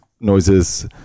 noises